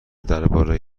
درباره